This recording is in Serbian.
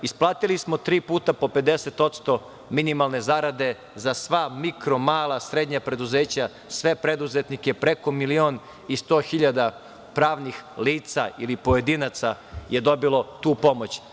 Isplatili smo tri puta po 50% minimalne zarade za sva mikro mala srednja preduzeća, sve preduzetnike preko milion i sto hiljada pravnih lica ili pojedinaca je dobilo tu pomoć.